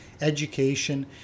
education